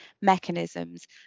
mechanisms